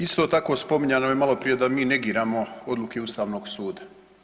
Isto tako spominjano je malo prije da mi negiramo odluke Ustavnog suda.